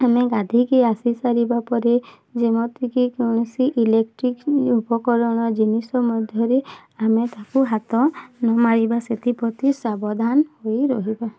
ଆମେ ଗାଧୋଇକି ଆସି ସାରିବା ପରେ ଯେମିତିକି କୌଣସି ଇଲେକ୍ଟ୍ରିକ୍ ଉପକରଣ ଜିନିଷ ମଧ୍ୟରେ ଆମେ ତାକୁ ହାତ ନ ମାରିବା ସେଥିପ୍ରତି ସାବଧାନ ହୋଇ ରହିବା